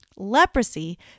leprosy